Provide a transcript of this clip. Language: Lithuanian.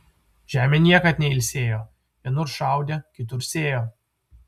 žemė niekad neilsėjo vienur šaudė kitur sėjo